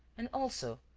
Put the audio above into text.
and also,